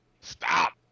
stop